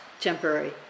temporary